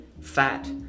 fat